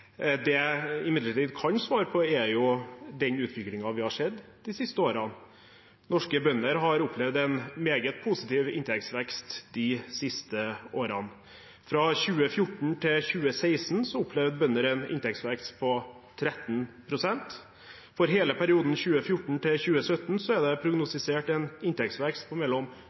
Det jeg imidlertid kan svare på, gjelder den utviklingen vi har sett de siste årene. Norske bønder har opplevd en meget positiv inntektsvekst de siste årene. Fra 2014 til 2016 opplevde bønder en inntektsvekst på 13 pst. For hele perioden 2014–2017 er det prognostisert en inntektsvekst på mellom